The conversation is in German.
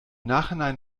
nachhinein